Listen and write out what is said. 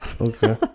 Okay